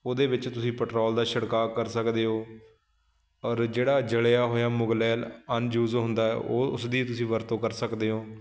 ਉਹਦੇ ਵਿੱਚ ਤੁਸੀਂ ਪੈਟਰੋਲ ਦਾ ਛਿੜਕਾਅ ਕਰ ਸਕਦੇ ਹੋ ਔਰ ਜਿਹੜਾ ਜਲਿਆ ਹੋਇਆ ਮੁਗਲੈਲ ਅਨਯੂਜ ਹੁੰਦਾ ਉਹ ਉਸਦੀ ਤੁਸੀਂ ਵਰਤੋਂ ਕਰ ਸਕਦੇ ਹੋ